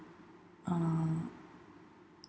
uh